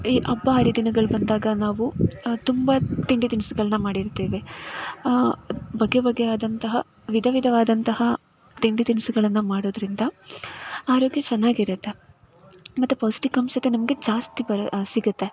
ಈ ಹಬ್ಬ ಹರಿದಿನಗಳು ಬಂದಾಗ ನಾವು ತುಂಬ ತಿಂಡಿ ತಿನಿಸುಗಳನ್ನ ಮಾಡಿರ್ತೀವಿ ಬಗೆ ಬಗೆಯಾದಂತಹ ವಿಧ ವಿಧವಾದಂತಹ ತಿಂಡಿ ತಿನಿಸುಗಳನ್ನು ಮಾಡೋದರಿಂದ ಆರೋಗ್ಯ ಚೆನ್ನಾಗಿರುತ್ತೆ ಮತ್ತು ಪೌಷ್ಠಿಕಾಂಶತೆ ನಮಗೆ ಜಾಸ್ತಿ ಬರು ಸಿಗುತ್ತೆ